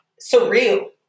surreal